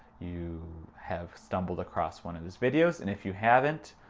you have stumbled across one of his videos. and if you haven't,